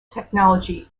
technology